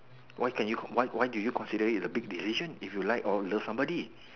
why can you why why do you consider it as a big decision if you like or love somebody